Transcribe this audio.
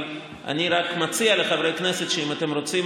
אני רק מציע לחברי הכנסת שאם אתם רוצים